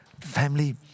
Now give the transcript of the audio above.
family